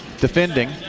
defending